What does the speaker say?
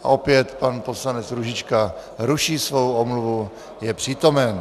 Opět pan poslanec Růžička ruší svou omluvu, je přítomen.